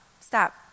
stop